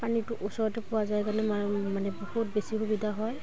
পানীটো ওচৰতে পোৱা যায় কাৰণে মানে বহুত বেছি সুবিধা হয়